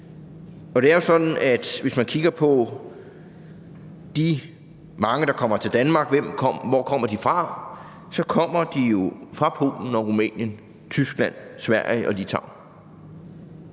Og det er sådan, at hvis man kigger på de mange, der kommer til Danmark, og hvor de kommer fra, kommer de jo fra Polen og Rumænien, Tyskland, Sverige og Litauen.